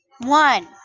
one